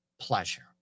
pleasure